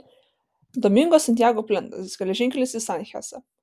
domingo santiago plentas geležinkelis į sanchezą